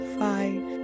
five